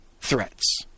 threats